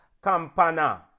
Campana